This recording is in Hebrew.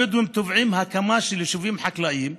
הבדואים תובעים הקמה של יישובים חקלאיים או,